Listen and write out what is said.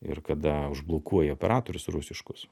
ir kada užblokuoji operatorius rusiškus